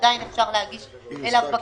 שעדיין אפשר להגיש אליו בקשות,